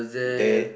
they